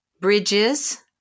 Bridges